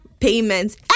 payments